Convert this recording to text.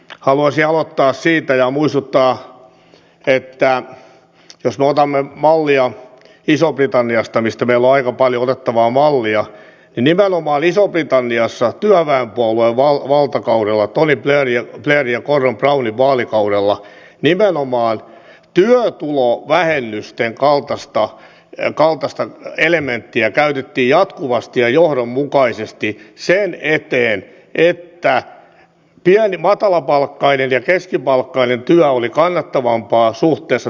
haluaisin aloittaa siitä ja muistuttaa että jos otamme mallia isosta britanniasta mistä meillä on aika paljon otettavaa mallia niin nimenomaan isossa britanniassa työväenpuolueen valtakaudella tony blairin ja gordon brownin vaalikaudella nimenomaan työtulovähennysten kaltaista elementtiä käytettiin jatkuvasti ja johdonmukaisesti sen eteen että matalapalkkainen ja keskipalkkainen työ oli kannattavampaa suhteessa työttömyysturvaan